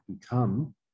become